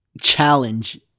challenge